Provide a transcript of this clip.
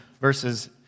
verses